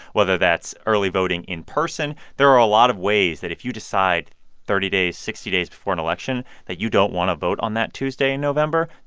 whether that's early voting in person. there are a lot of ways that if you decide thirty days, sixty days before an election that you don't want to vote on that tuesday in november,